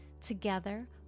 Together